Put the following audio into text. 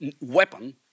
weapon